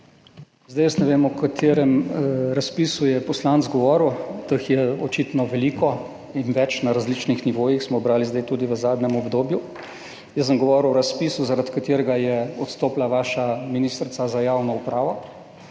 Jaz ne vem, o katerem razpisu je poslanec govoril, teh je očitno veliko in na različnih nivojih, o tem smo brali tudi v zadnjem obdobju. Jaz sem govoril o razpisu, zaradi katerega je odstopila vaša ministrica za javno upravo,